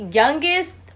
youngest